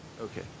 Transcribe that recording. Okay